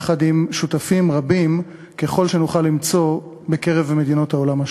יחד עם שותפים רבים ככל שנוכל למצוא במדינות העולם.